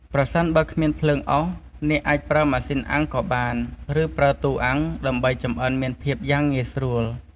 ប្រសិនបើគ្មានភ្លើងអុស អ្នកអាចប្រើម៉ាស៊ីនអាំងក៏បាន ឬប្រើទូអាំង ដើម្បីចម្អិនមានភាពយ៉ាងងាយស្រួល។